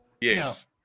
yes